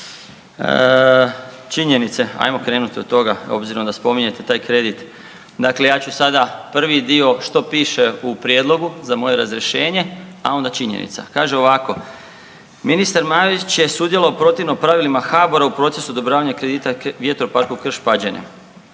Činjenice ajmo krenuti od toga obzirom da spominjete taj kredit, dakle ja ću sada prvi dio što piše u prijedlogu za moje razrješenje, a onda činjenica. Kaže ovako, ministar Marić je sudjelovao protivno pravilima HABOR-a u procesu odobravanja kredita vjetroparku Krš-Pađene.